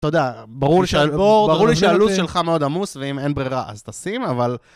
אתה יודע, ברור לי שהלו"ז שלך מאוד עמוס, ואם אין ברירה, אז תשים, אבל...